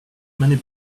many